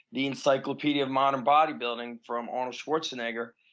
the encyclopedia of modern bodybuilding from arnold schwarzenegger,